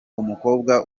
umukobwa